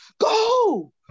go